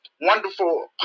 wonderful